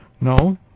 No